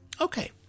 Okay